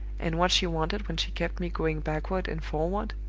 and what she wanted when she kept me going backward and forward,